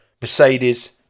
Mercedes